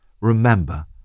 remember